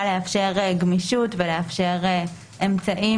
זה פשוט העברת מיקום של אותה הגדרה, לא נגענו בה.